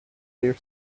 clear